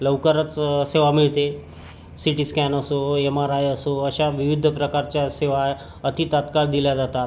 लवकरच सेवा मिळते सि टी स्कॅन असो एम आर आय असो अशा विविध प्रकारच्या सेवा अति तात्काळ दिल्या जातात